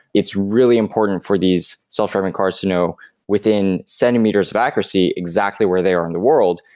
it's really important for these self-driving cars to know within centimeters of accuracy exactly where they are in the world,